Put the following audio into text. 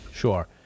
sure